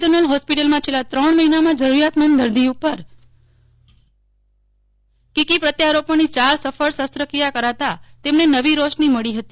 general હોસ્પિટલમાં છેલ્લા ત્રણ મહિનામાં જરૂરિયાતમંદ દર્દી ઉપર કીકી પ્રત્યારોપણની ચાર સફળ શસ્ત્રક્રિયા કરાતા તેમને નવી રોશની મળી હતી